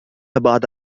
بعد